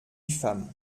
femme